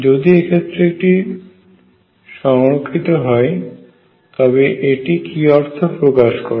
এবং যদি এক্ষেত্রে একটি সংরক্ষিত হয় তবে এটি কি অর্থ প্রকাশ করে